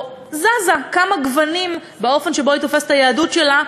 או זזה כמה גוונים באופן שבו היא תופסת את היהדות שלה,